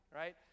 right